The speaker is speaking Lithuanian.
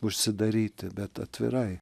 užsidaryti bet atvirai